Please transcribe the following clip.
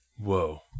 Whoa